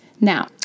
Now